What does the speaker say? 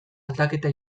aldaketa